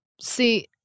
See